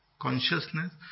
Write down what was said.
consciousness